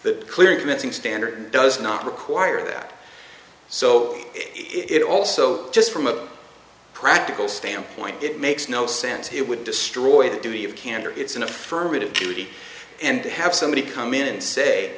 the clear convincing standard does not require that so it also just from a practical standpoint it makes no sense it would destroy the duty of candor it's an affirmative duty and have somebody come in and say